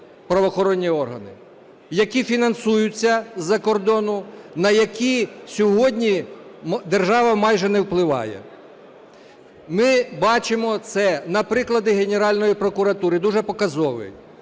правоохоронні органи, які фінансуються з-за кордону, на які сьогодні держава майже не впливає. Ми бачимо це на прикладі Генеральної прокуратури, дуже показовий.